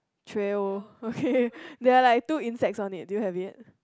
trail okay there are like two insects on it do you have it